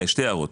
שתי הערות.